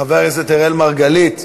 חבר הכנסת אראל מרגלית.